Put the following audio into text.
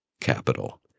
capital